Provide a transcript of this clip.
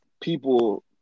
people